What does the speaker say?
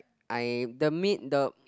I the mean the